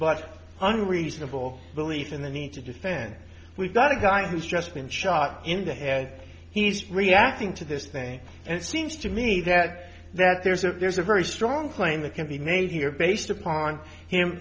but under reasonable belief in the need to defend we've got a guy who's just been shot in the head he's reacting to this thing and it seems to me that that there's a there's a very strong claim that can be made here based upon him